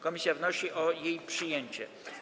Komisja wnosi o jej przyjęcie.